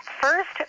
First